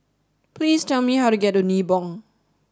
please tell me how to get to Nibong